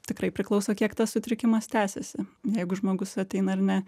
tikrai priklauso kiek tas sutrikimas tęsiasi jeigu žmogus ateina ar ne